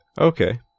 Okay